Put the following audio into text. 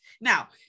Now